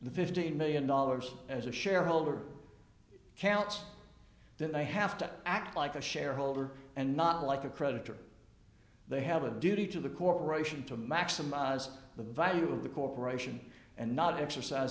the fifteen million dollars as a shareholder counts that i have to act like a shareholder and not like a creditor they have a duty to the corporation to maximize the value of the corporation and not exercise